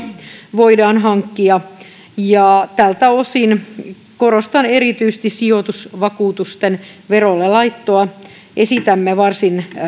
voidaan hankkia ja tältä osin korostan erityisesti sijoitusvakuutusten verolle laittoa esitämme varsin